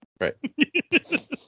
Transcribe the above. Right